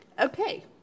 Okay